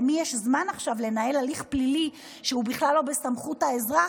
למי יש זמן עכשיו לנהל הליך פלילי שהוא בכלל לא בסמכות האזרח,